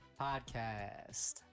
podcast